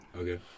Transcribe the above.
Okay